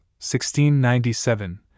1697